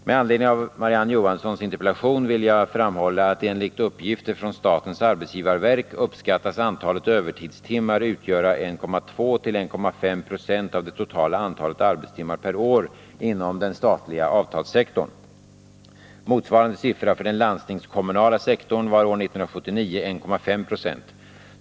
Med anledning av Marie-Ann Johanssons interpellation vill jag framhålla att enligt uppgifter från statens arbetsgivarverk uppskattas antalet övertidstimmar utgöra 1,2—1,5 96 av det totala antalet arbetstimmar per år inom den statliga avtalssektorn. Motsvarande siffra för den landstingskommunala 123 sektorn var år 1979 1,5 26.